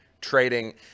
trading